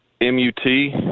M-U-T